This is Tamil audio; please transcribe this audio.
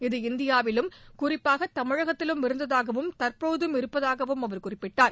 இது இந்தியாவிலும் குறிப்பாக தமிழகத்திலும் இருந்ததாகவும் தற்போதும் இருப்பதாகவும் அவர் குறிப்பிட்டார்